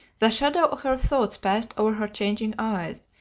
the shadow of her thoughts passed over her changing eyes,